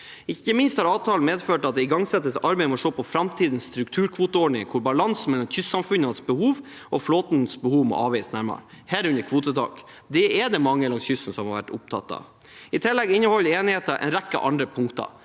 Ikke minst har avtalen medført at det igangsettes et arbeid med å se på framtidens strukturkvoteordning, hvor balansen mellom kystsamfunnenes behov og flåtens behov må avveies nærmere – herunder kvotetak. Det er det mange langs kysten som har vært opptatt av. I tillegg inneholder enigheten en rekke andre punkter.